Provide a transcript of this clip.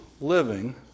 living